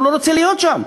ולא רוצה להיות שם.